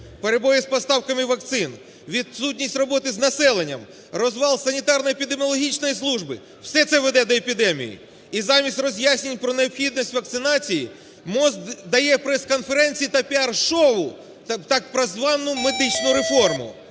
перебої з поставками вакцин, відсутність роботи з населенням, розвал санітарно-епідеміологічної служби. Все це веде до епідемії. І замість роз'яснень про необхідність вакцинації МОЗ дає прес-конференції та піар-шоу про так звану медичну реформу,